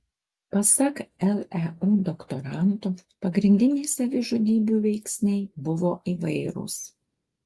pasak leu doktoranto pagrindiniai savižudybių veiksniai buvo įvairūs